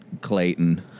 Clayton